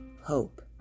Hope